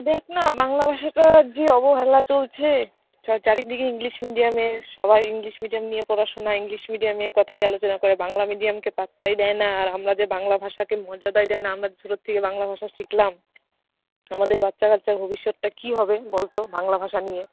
দেখ না বাংলা ভাষাটার যে অবহেলা চলছে চা চারিদিকে ইংলিশ মিডিয়ামের সবাই ইংলিশ মিডিয়াম নিয়ে পড়াশোনা ইংলিশ মিডিয়ামের কথাই আলোচনা করে বাংলা মিডিয়ামকে পাত্তাই দেয় না আর আমরা যে বাংলা ভাষাকে মর্যাদাই দেয় না আমরা যে ছোটোর থেকে বাংলা ভাষা শিখলাম আমাদের বাচ্চাকাচ্চার ভবিষ্যৎটা কী হবে বল তো বাংলা ভাষা নিয়ে